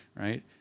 right